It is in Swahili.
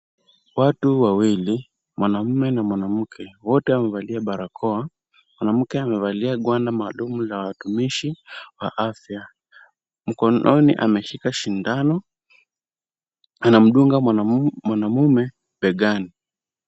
Watu wawili, mwanaume na mwanamke wote wamevalia barakoa. Mwanamke amevalia gwanda maalum ya watumishi wa afya. Mkononi ameshika sindano anamdunga mwanaume begani.